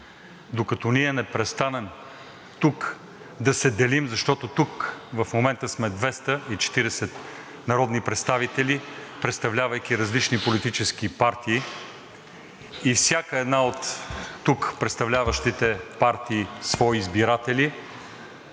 докато ние не престанем тук да се делим, защото в момента сме 240 народни представители, представлявайки различни политически партии, и всяка една представляваща своите избиратели,